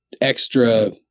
extra